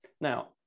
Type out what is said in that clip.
now